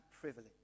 privilege